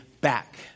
back